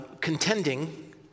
contending